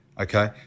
okay